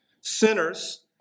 Sinners